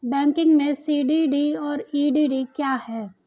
Banking में CDD और EDD क्या हैं?